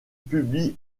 publie